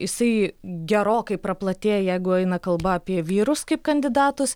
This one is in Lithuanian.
jisai gerokai praplatėja jeigu eina kalba apie vyrus kaip kandidatus